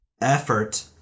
effort